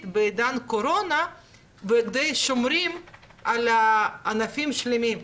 בעידן הקורונה ודי שומרים על ענפים שלמים.